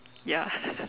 ya